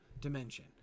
dimension